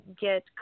get